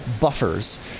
buffers